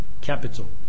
capital